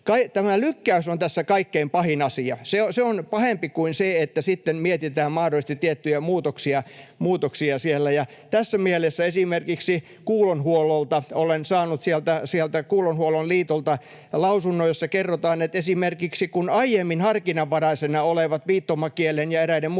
Tämä lykkäys on tässä kaikkein pahin asia. Se on pahempi kuin se, että sitten mietitään mahdollisesti tiettyjä muutoksia siellä. Tässä mielessä olen esimerkiksi saanut Kuulonhuoltoliitolta lausunnon, jossa kerrotaan, että kun esimerkiksi aiemmin harkinnanvaraisena olleet viittomakielen ja eräiden muiden